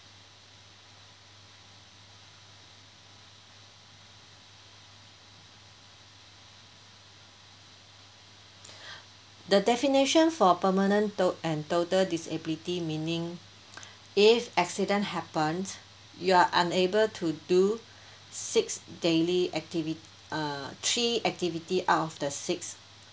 the definition for permanent tot~ and total disability meaning if accident happens you are unable to do six daily activi~ uh three activity out of the six